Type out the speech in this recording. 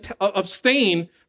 abstain